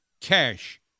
cash